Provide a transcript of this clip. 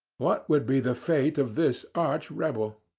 what would be the fate of this arch rebel.